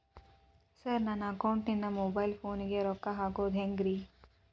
Sir ನನ್ನ ಅಕೌಂಟದಿಂದ mobile ಫೋನಿಗೆ ರೊಕ್ಕ ಹಾಕೋದು ಹೆಂಗ್ರಿ?